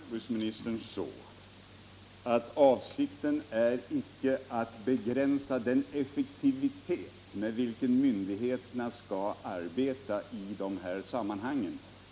Herr talman! Får jag alltså fatta jordbruksministern så, att avsikten är icke att begränsa den effektivitet med vilken myndigheterna skall arbeta i det här sammanhanget?